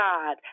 God